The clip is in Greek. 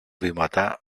βήματα